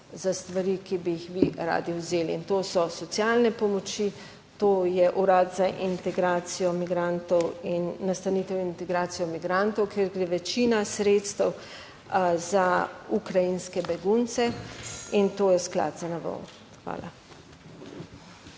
za stvari, ki bi jih vi radi vzeli in to so socialne pomoči, to je Urad za integracijo migrantov in nastanitev in integracijo migrantov, kjer gre večina sredstev za ukrajinske begunce in to je sklad ZNVO(?). Hvala.